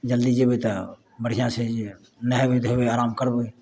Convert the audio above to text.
जल्दी जेबै तऽ बढ़िआँ छै जे नहेबै धोएबै आराम करबै